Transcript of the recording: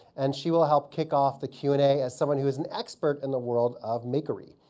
and she will help kick off the q and a as someone who is an expert in the world of makery.